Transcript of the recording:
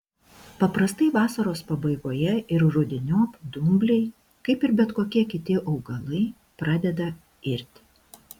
paprastai vasaros pabaigoje ir rudeniop dumbliai kaip ir bet kokie kiti augalai pradeda irti